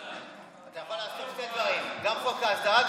אתה יכול לעשות שני דברים: גם חוק ההסדרה,